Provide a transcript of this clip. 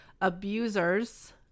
Abusers